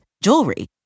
jewelry